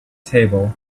table